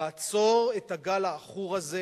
לעצור את הגל העכור הזה.